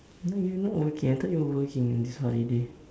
now you not working I thought you were working in this holiday